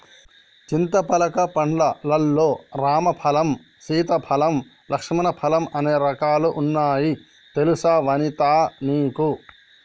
చింతపలక పండ్లు లల్లో రామ ఫలం, సీతా ఫలం, లక్ష్మణ ఫలం అనే రకాలు వున్నాయి తెలుసా వనితా నీకు